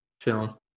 film